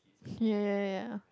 ya ya ya